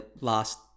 last